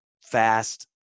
fast